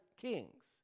kings